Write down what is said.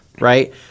right